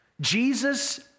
Jesus